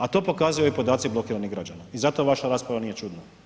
A to pokazuju i podaci blokiranih građana i zato vaša rasprava nije čudna.